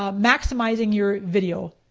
ah maximizing your video.